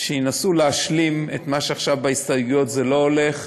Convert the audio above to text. שינסו להשלים את מה שעכשיו בהסתייגויות לא הולך.